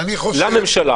מעניין.